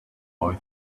boy